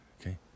okay